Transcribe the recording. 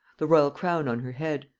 the royal crown on her head,